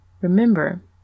Remember